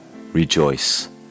rejoice